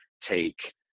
take